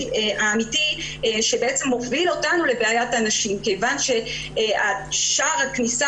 האמיתי שבעצם מוביל אותנו לבעיית הנשים כיוון ששער הכניסה